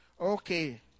Okay